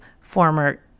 former